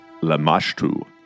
Lamashtu